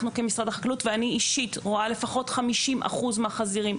אנחנו כמשרד החקלאות ואני אישית רואה לפחות 50% מהחזירים,